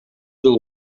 жыл